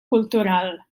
cultural